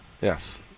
yes